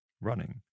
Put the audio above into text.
running